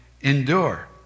endure